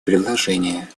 предложения